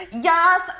yes